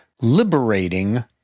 liberating